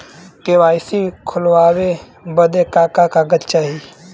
KYC खोलवावे बदे का का कागज चाही?